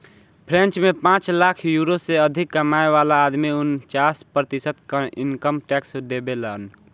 French में पांच lakh euro से अधिक कमाए वाला आदमी उनन्चास प्रतिशत इनकम टैक्स देबेलन